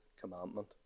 commandment